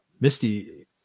Misty